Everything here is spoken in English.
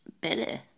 better